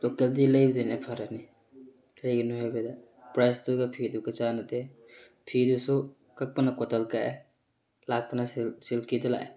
ꯇꯣꯞꯇꯦꯜꯗꯩ ꯂꯩꯕꯗꯨꯅ ꯐꯔꯅꯤ ꯀꯩꯒꯤꯅꯣ ꯍꯥꯏꯕꯗ ꯄ꯭ꯔꯥꯏꯁꯇꯨꯒ ꯐꯤꯗꯨꯒ ꯆꯥꯟꯅꯗꯦ ꯐꯤꯗꯨꯁꯨ ꯀꯛꯄꯅ ꯀꯣꯇꯟ ꯀꯛꯑꯦ ꯂꯥꯛꯄꯅ ꯁꯤꯜꯛ ꯁꯤꯜꯛꯀꯤꯗ ꯂꯥꯛꯑꯦ